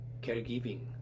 Caregiving